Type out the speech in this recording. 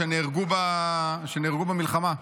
שנהרגו במלחמה.